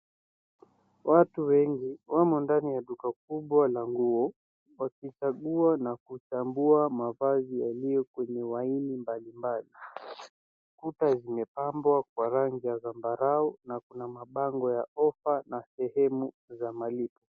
Watu wengi wamo ndani ya duka kubwa la nguo, wakichagua na kuchambua mavazi yaliyo kwenye laini mbalimbali. Kuta zimepambwa kwa rangi ya zambarau na kuna mabango ya ofa na sehemu za malipo.